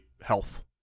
health